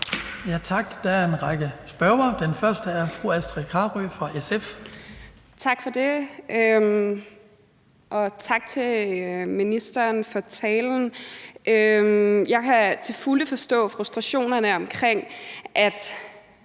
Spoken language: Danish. Tak. Der er en række spørgere. Den første er fru Astrid Carøe fra SF. Kl. 17:45 Astrid Carøe (SF): Tak for det, og tak til ministeren for talen. Jeg kan til fulde forstå frustrationerne over, at